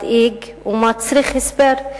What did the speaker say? מדאיג ומצריך הסבר,